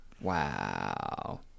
Wow